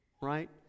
right